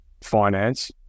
finance